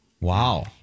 Wow